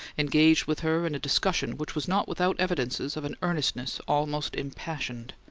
engaged with her in a discussion which was not without evidences of an earnestness almost impassioned.